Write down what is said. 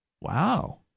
Wow